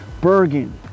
Bergen